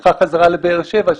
נשלחה חזרה לבאר שבע,